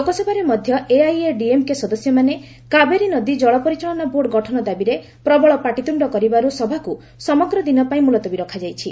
ଲୋକସଭାରେ ମଧ୍ୟ ଏଆଇଏଡିଏମ୍କେ ସଦସ୍ୟମାନେ କାବେରୀ ନଦୀ ଜଳ ପରିଚାଳନା ବୋର୍ଡ଼ ଗଠନ ଦାବିରେ ପ୍ରବଳ ପାଟିତ୍ରୁଣ୍ଣ କରିବାରୁ ସଭାକୁ ସମଗ୍ର ଦିନପାଇଁ ମୁଲତବୀ ରଖାଯାଇଛି